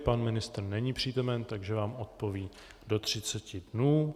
Pan ministr není přítomen, takže vám odpoví do 30 dnů.